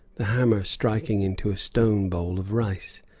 the hammer striking into a stone bowl of rice.